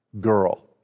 girl